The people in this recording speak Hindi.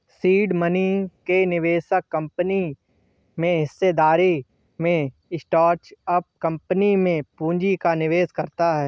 सीड मनी में निवेशक कंपनी में हिस्सेदारी में स्टार्टअप कंपनी में पूंजी का निवेश करता है